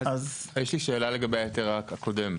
יש לי שאלה לגבי ההיתר הקודם.